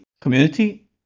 community